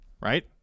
Right